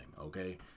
okay